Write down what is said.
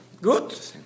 Good